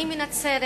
אני מנצרת,